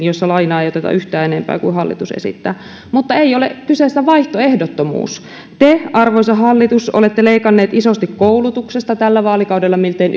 jossa lainaa ei oteta yhtään enempää kuin hallitus esittää mutta ei ole kyseessä vaihtoehdottomuus te arvoisa hallitus olette leikanneet isosti koulutuksesta tällä vaalikaudella miltei